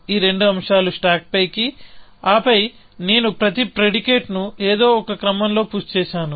ఈ రెండు అంశాలు స్టాక్పైకి ఆపై నేను ప్రతి ప్రిడికేట్ ను ఏదో ఒక క్రమంలో పుష్ చేశాను